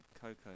Coco